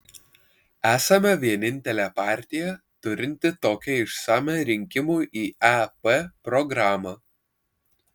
esame vienintelė partija turinti tokią išsamią rinkimų į ep programą